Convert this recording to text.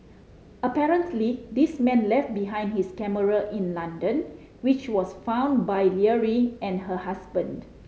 apparently this man left behind his camera in London which was found by Leary and her husband